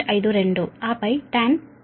52 ఆపై tan R1 1